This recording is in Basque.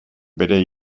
bere